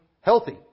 healthy